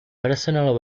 personnel